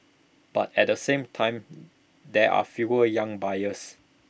but at the same time there are fewer young buyers